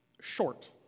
short